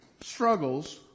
Struggles